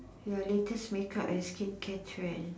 your latest make up and skincare trend